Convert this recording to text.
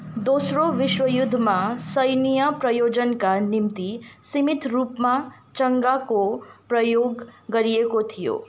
दोस्रो विश्वयुद्धमा सैन्य प्रयोजनका निम्ति सीमित रूपमा चङ्गाको प्रयोग गरिएको थियो